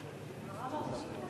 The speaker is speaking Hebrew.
בבקשה.